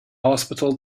hospital